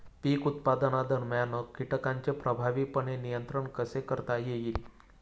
पीक उत्पादनादरम्यान कीटकांचे प्रभावीपणे नियंत्रण कसे करता येईल?